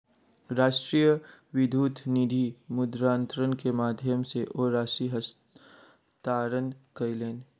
राष्ट्रीय विद्युत निधि मुद्रान्तरण के माध्यम सॅ ओ राशि हस्तांतरण कयलैन